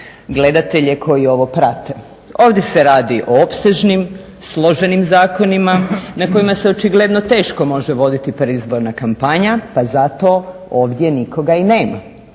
gledatelje koji ovo prate. Ovdje se radi o opsežnim, složenim zakonima na kojima se očigledno teško može voditi predizborna kampanja, pa zato ovdje nikoga i nema